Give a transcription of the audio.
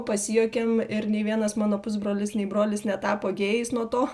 pasijuokėm ir nei vienas mano pusbrolis nei brolis netapo gėjais nuo to